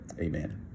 Amen